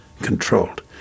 controlled